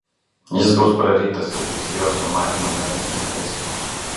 jis bus prarytas ir visi jos sumanymai nueis niekais